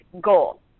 goal